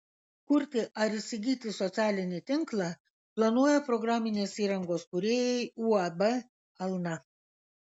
kurti ar įsigyti socialinį tinklą planuoja programinės įrangos kūrėjai uab alna